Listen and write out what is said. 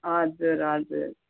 हजुर हजुर